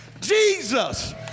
Jesus